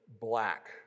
black